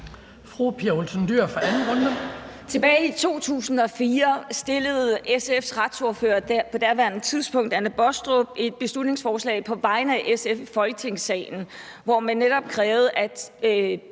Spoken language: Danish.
Pia Olsen Dyhr (SF): Tilbage i 2004 fremsatte SF's retsordfører på daværende tidspunkt, Anne Baastrup, et beslutningsforslag på vegne af SF i Folketingssalen, hvor man netop krævede, at